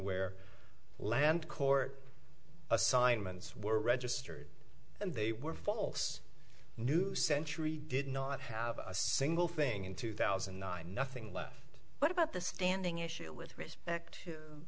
where land court assignments were registered and they were false new century did not have a single thing in two thousand and nine nothing left what about the standing issue with respect